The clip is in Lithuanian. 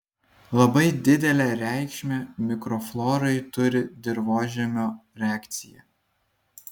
labai didelę reikšmę mikroflorai turi dirvožemio reakcija